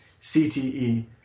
CTE